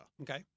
Okay